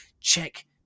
check